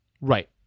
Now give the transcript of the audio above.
Right